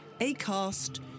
Acast